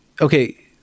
okay